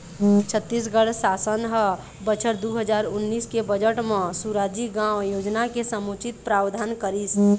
छत्तीसगढ़ सासन ह बछर दू हजार उन्नीस के बजट म सुराजी गाँव योजना के समुचित प्रावधान करिस